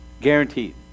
Guaranteed